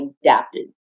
adapted